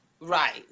right